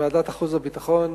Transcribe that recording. ועדת החוץ והביטחון,